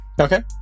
Okay